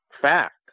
fact